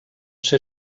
ser